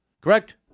Correct